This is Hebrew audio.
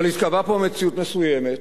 אבל התקבעה פה מציאות מסוימת,